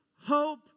hope